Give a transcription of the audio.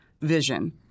vision